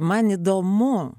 man įdomu